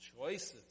Choices